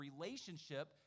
relationship